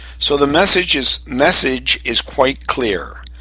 so the message is message is quite clear.